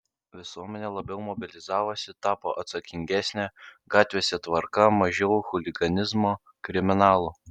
visuomenė labiau mobilizavosi tapo atsakingesnė gatvėse tvarka mažiau chuliganizmo kriminalų